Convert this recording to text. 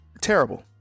Terrible